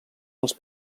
dels